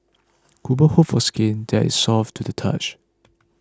women hope for skin that is soft to the touch